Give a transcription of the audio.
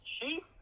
chief